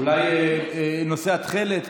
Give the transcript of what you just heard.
אולי נושא התכלת?